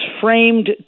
framed